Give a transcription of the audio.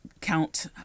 count